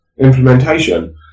implementation